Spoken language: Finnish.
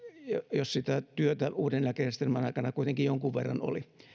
jos sitä työtä uuden eläkejärjestelmän aikana kuitenkin jonkun verran oli